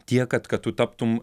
tiek kad kad tu taptum